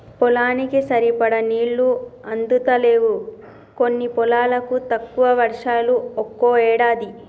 పొలానికి సరిపడా నీళ్లు అందుతలేవు కొన్ని పొలాలకు, తక్కువ వర్షాలు ఒక్కో ఏడాది